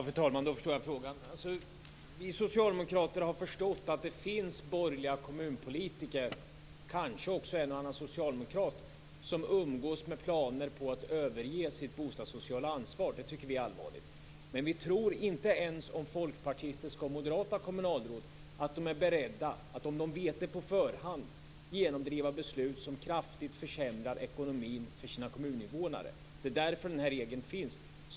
Fru talman! Då förstår jag frågan. Vi socialdemokrater har förstått att det finns borgerliga kommunpolitiker - och kanske också en och annan socialdemokrat - som umgås med planer på att överge sitt bostadssociala ansvar. Det tycker vi är allvarligt. Men vi tror inte ens om folkpartistiska och moderata kommunalråd att de är beredda att, om de vet det på förhand, genomdriva beslut som kraftigt försämrar ekonomin för sina kommuninvånare. Det är därför den här regeln finns.